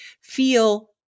feel